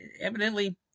evidently